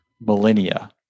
millennia